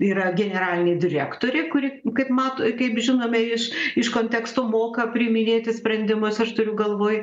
yra generalinė direktorė kuri kaip mat kaip žinome iš iš konteksto moka priiminėti sprendimus aš turiu galvoj